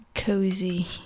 cozy